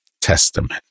Testament